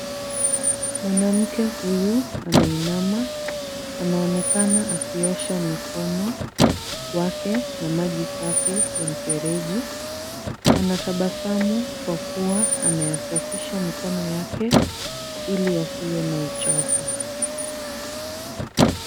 Mwanamke huyu ameinama. Anaonekana akiosha mkono wake na maji safi ya mfereji. Anatabasamu kwa kuwa anasafisha mkono wake ili asiwe na uchafu.